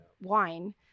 wine